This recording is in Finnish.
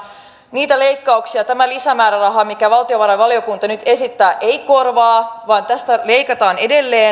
niitä leikkauksia tämä lisämääräraha mitä valtiovarainvaliokunta nyt esittää ei korvaa vaan tästä leikataan edelleen